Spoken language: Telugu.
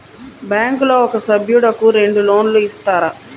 బ్యాంకులో ఒక సభ్యుడకు రెండు లోన్లు ఇస్తారా?